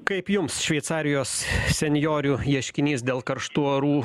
kaip jums šveicarijos senjorių ieškinys dėl karštų orų